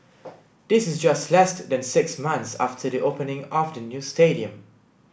this is just less than six months after the opening of the new stadium